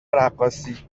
رقاصی